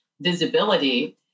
visibility